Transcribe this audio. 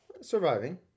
Surviving